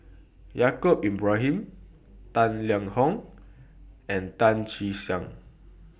Yaacob Ibrahim Tang Liang Hong and Tan Che Sang